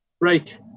right